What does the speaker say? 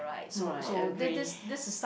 right agree